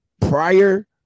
prior